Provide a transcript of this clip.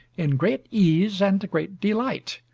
in great ease and great delight,